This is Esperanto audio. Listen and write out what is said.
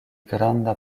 granda